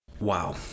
Wow